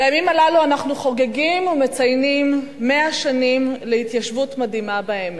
בימים הללו אנחנו חוגגים ומציינים 100 שנים להתיישבות מדהימה בעמק,